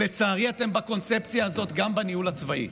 כפי שציינתי ולצערי אתם בקונספציה הזאת גם בניהול הצבאי,